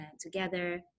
together